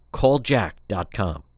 calljack.com